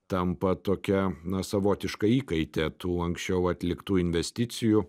tampa tokia na savotiška įkaite tų anksčiau atliktų investicijų